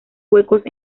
huecos